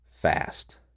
fast